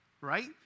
right